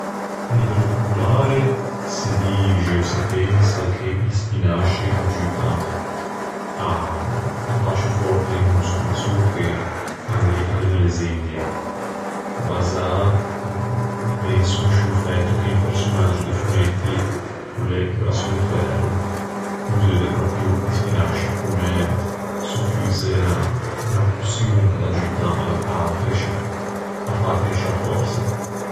À livello popolare se dixe ò se pensa che i spinasci aggiuttan à fâ ciù fòrte i moscoli, solo che a l'é unna lezzendia, basâ mi penso in sciô fæto che un personaggio de fummetti, ch'o l'é Brasso de Færo, o deuvia i spinasci comme s'o fïse unna-unna poçion ch'a l'aggiutta à l'a-à cresce-à fâ cresce a fòrsa.